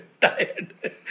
tired